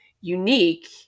unique